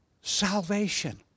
salvation